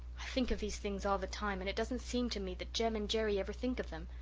i think of these things all the time and it doesn't seem to me that jem and jerry ever think of them.